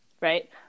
right –